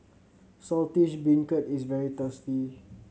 Saltish Beancurd is very tasty